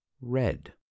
red